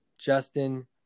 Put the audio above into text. Justin